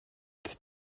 its